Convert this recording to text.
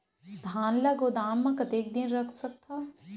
धान ल गोदाम म कतेक दिन रख सकथव?